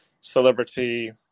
celebrity